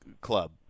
club